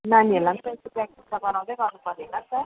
नानीहरूलाई पनि त यसो प्रऱ्याकटिस त गराउँदै गर्नुपऱ्यो होला नि त